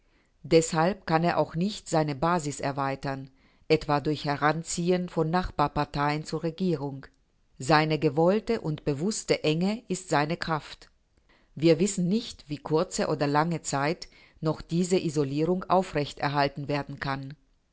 deshalb kann er auch nicht seine basis erweitern etwa durch heranziehen von nachbarparteien zur regierung seine gewollte und bewußte enge ist seine kraft wir wissen nicht wie kurze oder lange zeit noch diese isolierung aufrechterhalten werden kann